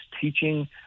teaching